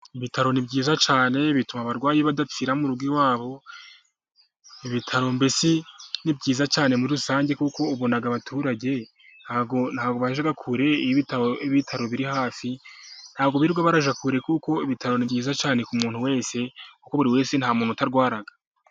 Ibitaro ni byiza cyane bituma abarwayi badapfira mu rugo iwabo, ibitaro mbese ni byiza cyane muri rusange, kuko ubona abaturage ntabwo bajya kure iyo ibitaro biri hafi. Ntabwo birirwa bajya kure, kuko ibitaro ni byiza cyane ku muntu wese, kuko buri wese nta muntu utarwara.